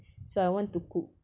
so I want to cook